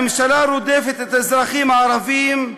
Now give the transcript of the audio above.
הממשלה רודפת את האזרחים הערבים,